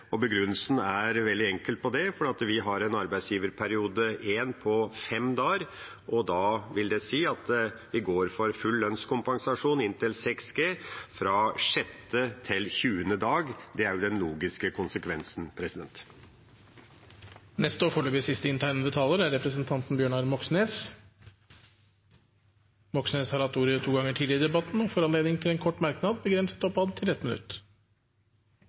det. Begrunnelsen er veldig enkel, for vi har en arbeidsgiverperiode I på fem dager, og da vil det si at vi går for full lønnskompensasjon inntil 6G fra sjette til tjuende dag. Det er den logiske konsekvensen. Representanten Bjørnar Moxnes har hatt ordet to ganger tidligere og får ordet til en kort merknad, begrenset til 1 minutt.